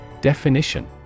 Definition